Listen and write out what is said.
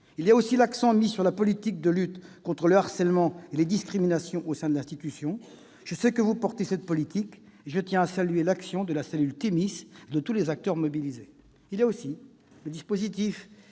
mais aussi l'accent mis sur la politique de lutte contre le harcèlement et les discriminations au sein de l'institution. Je sais que vous portez cette politique et tiens à saluer l'action de la cellule Thémis et de tous les acteurs mobilisés. Il y a aussi le dispositif